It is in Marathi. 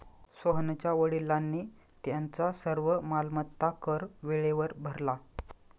सोहनच्या वडिलांनी त्यांचा सर्व मालमत्ता कर वेळेवर भरला